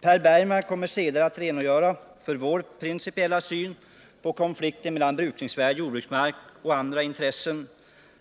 Per Bergman kommer senare att redogöra för vår principiella syn på konflikten mellan brukningsvärd jordbruksmark och andra intressen